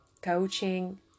coaching